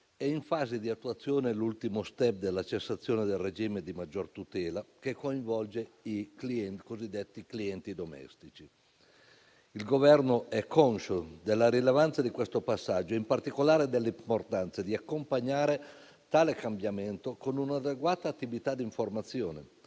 è in fase di attuazione l'ultimo *step* della cessazione del regime di maggior tutela che coinvolge i cosiddetti clienti domestici. Il Governo è conscio della rilevanza di questo passaggio e in particolare dell'importanza di accompagnare tale cambiamento con un'adeguata attività di informazione,